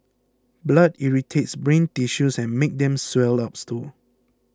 blood irritates brain tissues and makes them swell up too